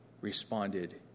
responded